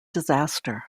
disaster